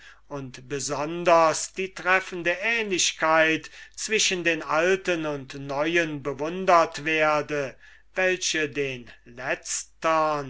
und besonders die treffende ähnlichkeit zwischen den alten und neuen bewundert werde welche den letztern